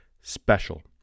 special